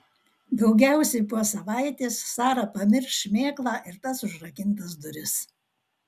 daugiausiai po savaitės sara pamirš šmėklą ir tas užrakintas duris